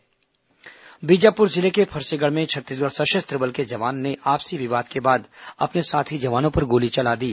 जवान फायरिंग मौत जवान बीजापुर जिले के फरसेगड़ में छत्तीसगढ़ सशस्त्र बल के जवान ने आपसी विवाद के बाद अपने साथी जवानों पर गोली चला दी